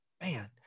man